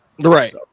Right